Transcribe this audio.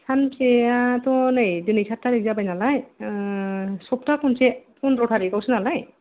सानफसे आथ' नै दिनै साथ थारिग जाबाय नालाय सप्ता खनसे फनद्र थारिकआवसो नालाय